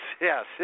Yes